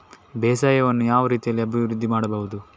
ಬೇಸಾಯವನ್ನು ಯಾವ ರೀತಿಯಲ್ಲಿ ಅಭಿವೃದ್ಧಿ ಮಾಡಬಹುದು?